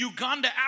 Uganda